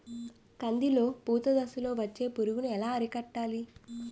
కందిలో పూత దశలో వచ్చే పురుగును ఎలా అరికట్టాలి?